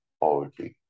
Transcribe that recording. poverty